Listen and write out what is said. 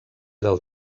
del